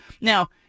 Now